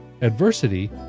adversity